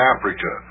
Africa